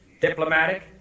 diplomatic